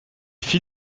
fit